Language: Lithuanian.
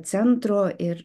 centro ir